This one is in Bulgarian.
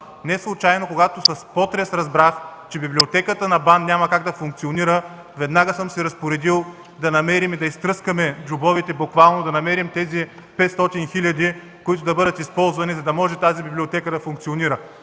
Неслучайно, когато с потрес разбрах, че Библиотеката на БАН няма как да функционира, веднага съм се разпоредил да намерим и буквално да изтръскаме джобовете, да намерим тези 500 хиляди, които да бъдат използвани, за да може тази Библиотека да функционира.